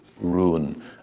ruin